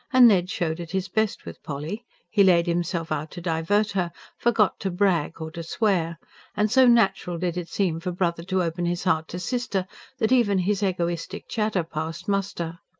and ned showed at his best with polly he laid himself out to divert her forgot to brag or to swear and so natural did it seem for brother to open his heart to sister that even his egoistic chatter passed muster.